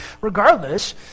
Regardless